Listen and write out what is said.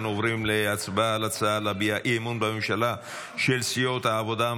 אנו עוברים להצבעה על הצעה להביע אי-אמון בממשלה של סיעות העבודה,